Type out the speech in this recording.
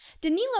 Danilo